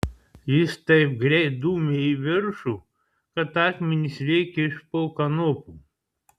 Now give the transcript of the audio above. jis taip greit dūmė į viršų kad akmenys lėkė iš po kanopų